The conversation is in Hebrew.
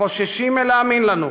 החוששים להאמין לנו,